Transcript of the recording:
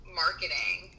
marketing